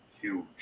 huge